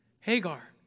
Hagar